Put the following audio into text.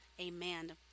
Amen